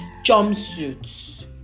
jumpsuits